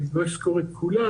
אני לא אסקור את כולם,